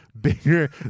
Bigger